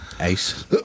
Ace